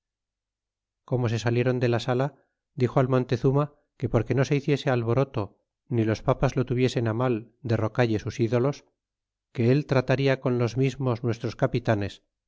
como se saliéron de la sala dixo al montezuma que porque no se hiciese alboroto ni los papas lo tuviesen á mal derrocalle sus ídolos que él trataria con los mismos nuestros capitanes